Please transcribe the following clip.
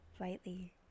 lightly